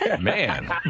man